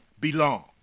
belong